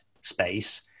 space